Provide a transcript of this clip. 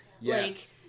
Yes